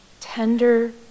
tender